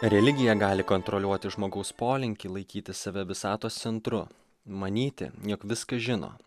religija gali kontroliuoti žmogaus polinkį laikyti save visatos centru manyti jog viską žino